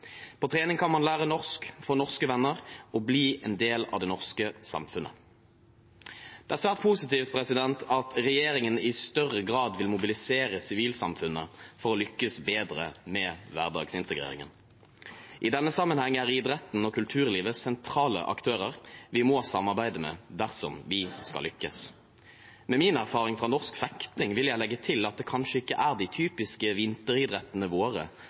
På trening kan man lære norsk, få norske venner og bli en del av det norske samfunnet. Det er svært positivt at regjeringen i større grad vil mobilisere sivilsamfunnet for å lykkes bedre med hverdagsintegreringen. I denne sammenheng er idretten og kulturlivet sentrale aktører vi må samarbeide med dersom vi skal lykkes. Med min erfaring fra norsk fekting vil jeg legge til at det kanskje ikke er de typiske vinteridrettene våre